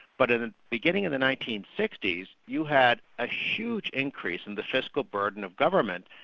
but in the beginning of the nineteen sixty s, you had a huge increase in the fiscal burden of government,